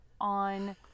on